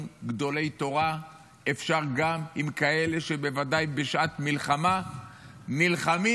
גדולי תורה אפשר גם עם כאלה שבוודאי בשעת מלחמה נלחמים,